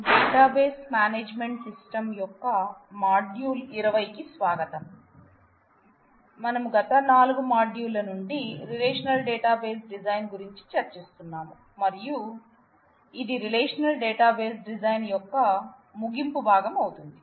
database management systems గురించి చర్చిస్తున్నాము మరియు ఇది రిలేషనల్ డేటాబేస్ డిజైన్ యొక్క ముగింపు భాగం అవుతుంది